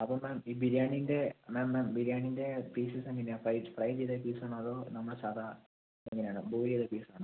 അപ്പം മാം ഈ ബിരിയാണീന്റെ മാം മാം ബിരിയാണീന്റെ പീസസ് എങ്ങനെയാണ് ഫ്രൈ ചെയ്ത പീസ് ആണോ അതോ നമ്മൾ സാദാ എങ്ങനെയാണ് ബോയിൽ ചെയ്ത പീസസ് ആണോ